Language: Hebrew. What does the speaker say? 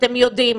אתם יודעים,